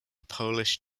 polish